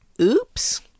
oops